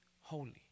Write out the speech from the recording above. holy